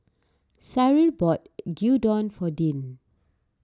Cyril bought Gyudon for Dean